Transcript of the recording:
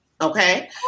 Okay